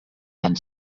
and